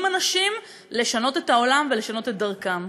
אנשים לשנות את העולם ולשנות את דרכם.